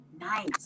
nice